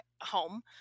home